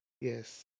Yes